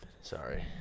Sorry